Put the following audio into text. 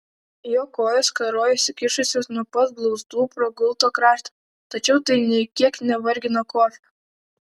jo kojos karojo išsikišusios nuo pat blauzdų pro gulto kraštą tačiau tai nė kiek nevargino kofio